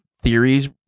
theories